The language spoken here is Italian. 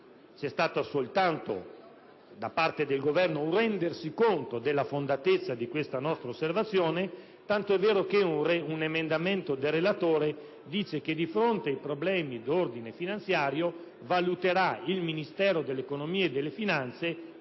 c'è stato soltanto un rendersi conto della fondatezza della nostra osservazione, tanto è vero che un emendamento del relatore prevede che, di fronte ai problemi di ordine finanziario, il Ministero dell'economia e delle finanze